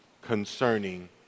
concerning